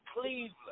Cleveland